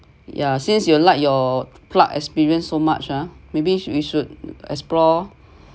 ya since you like your prague experience so much ah maybe we should explore